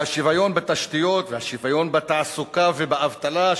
והשוויון בתשתיות והשוויון בתעסוקה ובאבטלה,